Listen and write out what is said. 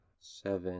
seven